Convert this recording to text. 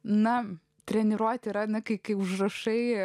na treniruoti yra kai užrašai